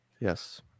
Yes